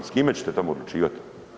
S kime ćete tamo odlučivat?